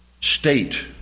state